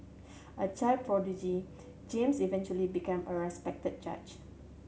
a child prodigy James eventually became a respected judge